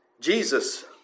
Jesus